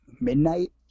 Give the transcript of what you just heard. midnight